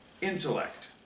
intellect